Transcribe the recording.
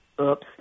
Oops